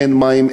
אין מים,